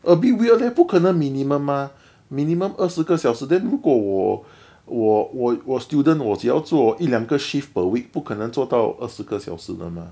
a bit weird eh 不可能 minimum mah minimum 二十个小时 then 如果我我我我 student 我只要做一两个 shift per week 不可能做到二十个小时的吗